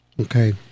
Okay